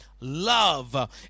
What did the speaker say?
love